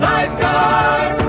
Lifeguard